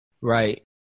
Right